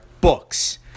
books